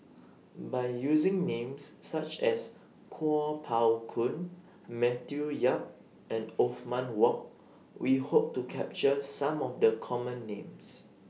By using Names such as Kuo Pao Kun Matthew Yap and Othman Wok We Hope to capture Some of The Common Names